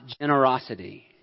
generosity